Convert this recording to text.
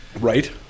Right